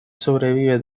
sobrevive